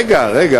רגע, רגע.